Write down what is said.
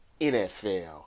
NFL